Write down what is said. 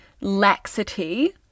laxity